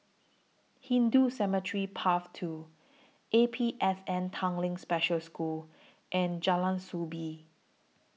Hindu Cemetery Path two A P S N Tanglin Special School and Jalan Soo Bee